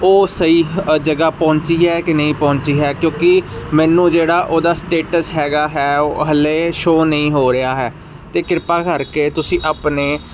ਉਹ ਸਹੀ ਜਗ੍ਹਾ ਪਹੁੰਚੀ ਹੈ ਕਿ ਨਹੀਂ ਪਹੁੰਚੀ ਹੈ ਕਿਉਂਕਿ ਮੈਨੂੰ ਜਿਹੜਾ ਉਹਦਾ ਸਟੇਟਸ ਹੈਗਾ ਹੈ ਉਹ ਹਲੇ ਸ਼ੋਅ ਨਹੀਂ ਹੋ ਰਿਹਾ ਹੈ ਅਤੇ ਕਿਰਪਾ ਕਰਕੇ ਤੁਸੀਂ ਆਪਣੇ